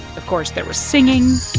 of course, there was singing.